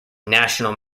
national